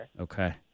Okay